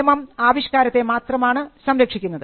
നിയമം ആവിഷ്കാരത്തെ മാത്രമാണ് സംരക്ഷിക്കുന്നത്